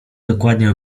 dokładnie